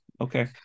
okay